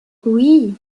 oui